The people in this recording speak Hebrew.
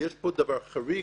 יש פה דבר חריג,